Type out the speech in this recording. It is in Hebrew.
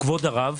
כבוד הרב,